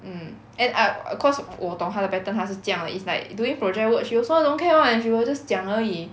mm and I'm cause 我懂她的 pattern 她是这样的 is like doing project work she also don't care [one] she will just 这样而已